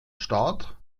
staat